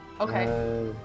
Okay